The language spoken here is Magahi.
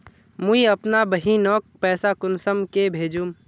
मुई अपना बहिनोक पैसा कुंसम के भेजुम?